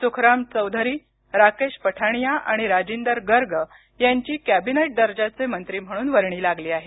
सुखराम चौधरी राकेश पठाणिया आणि राजिंदर गर्ग यांची कॅबिनेट दर्जाचे मंत्री म्हणून वर्णी लागली आहे